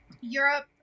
Europe